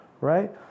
right